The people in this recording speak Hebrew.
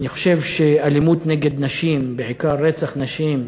אני חושב שאלימות נגד נשים, בעיקר רצח נשים,